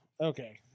Okay